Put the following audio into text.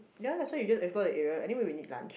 ya lah so you just explore the area anyway we need lunch